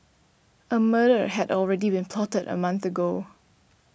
a murder had already been plotted a month ago